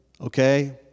okay